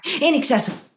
inaccessible